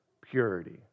purity